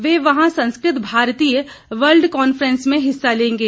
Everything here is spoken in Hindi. वे वहां संस्कृतभारतीय वर्ल्ड कॉन्फ्रैंस में हिस्सा लेंगे